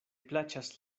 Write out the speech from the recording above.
plaĉas